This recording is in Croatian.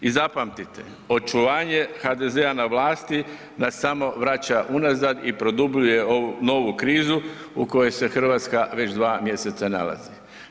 I zapamtite, očuvanje HDZ-a na vlasti nas samo vraća unazad i produbljuje ovu novu krizu u kojoj se Hrvatska već 2. mj. nalazi.